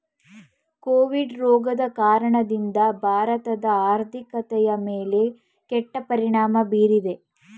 Covid ರೋಗದ ಕಾರಣದಿಂದ ಭಾರತದ ಆರ್ಥಿಕತೆಯ ಮೇಲೆ ಕೆಟ್ಟ ಪರಿಣಾಮ ಬೀರಿದೆ